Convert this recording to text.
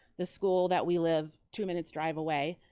the school that we live two minutes drive away.